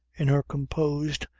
in her composed,